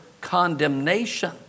condemnation